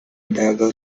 dagger